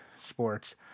sports